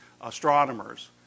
astronomers